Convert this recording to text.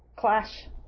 clash